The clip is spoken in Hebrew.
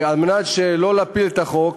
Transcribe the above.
וכדי לא להפיל את החוק,